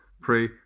pray